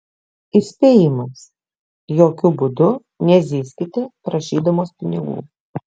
įspėjimas jokiu būdų nezyzkite prašydamos pinigų